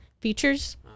features